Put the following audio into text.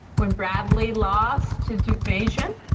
when bradley lost to deukmejian.